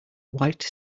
white